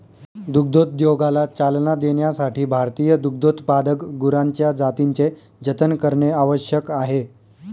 दुग्धोद्योगाला चालना देण्यासाठी भारतीय दुग्धोत्पादक गुरांच्या जातींचे जतन करणे आवश्यक आहे